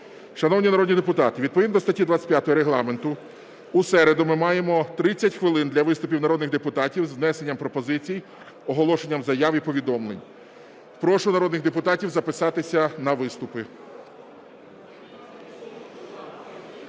Шановні народні депутати! Відповідно до статті 25 Регламенту у середу ми маємо 30 хвилин для виступів народних депутатів з внесенням пропозицій, оголошенням заяв і повідомлень. Прошу народних депутатів записатися на виступи.